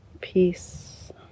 Peace